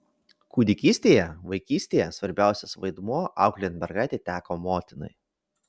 kūdikystėje vaikystėje svarbiausias vaidmuo auklėjant mergaitę teko motinai